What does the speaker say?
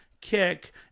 kick